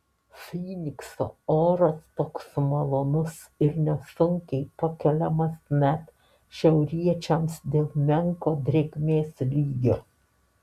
fynikso oras toks malonus ir nesunkiai pakeliamas net šiauriečiams dėl menko drėgmės lygio